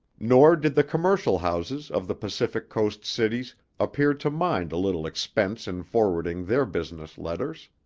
nor did the commercial houses of the pacific coast cities appear to mind a little expense in forwarding their business letters.